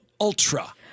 Ultra